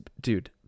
dude